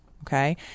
Okay